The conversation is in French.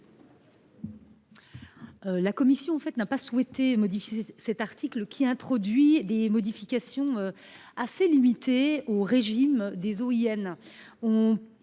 La commission n’a pas souhaité modifier cet article, qui procède à des modifications relativement limitées du régime des OIN